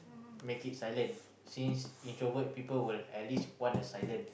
make it silent since introvert people would at least want a silent